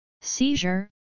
Seizure